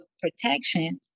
protection